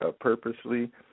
purposely